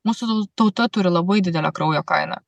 mūsų tauta turi labai didelę kraujo kainą